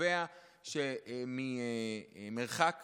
שקובע שממרחק